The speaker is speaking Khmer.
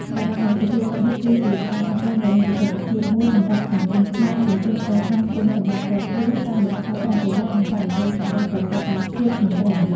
សរុបមក សុភាសិតនេះគឺជាការអប់រំដ៏មានប្រសិទ្ធភាពមួយសម្រាប់សង្គមខ្មែរឱ្យចេះកសាង គុណសម្បត្តិផ្ទាល់ខ្លួន តាមរយៈការប្រុងប្រយ័ត្ន និងការនិយាយសម្ដីប្រកបដោយភាពស្មោះត្រង់។